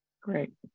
Great